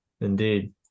indeed